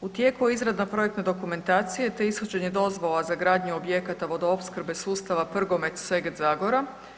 U tijeku je izrada projektne dokumentacije, te ishođenje dozvola za gradnju objekata vodoopskrbe sustava Prgomet-Seget-Zagora.